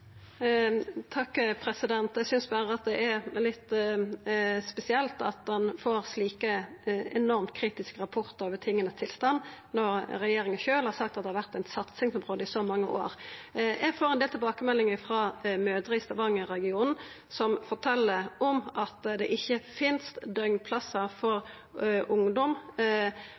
Eg synest berre det er litt spesielt at ein får slike enormt kritiske rapportar over tingas tilstand når regjeringa sjølv har sagt at det har vore ei satsing på det i så mange år. Eg får ein del tilbakemeldingar frå mødrer i Stavanger-regionen som fortel om at det ikkje finst døgnplassar for ungdom,